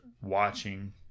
watching